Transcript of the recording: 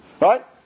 right